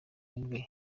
ubwe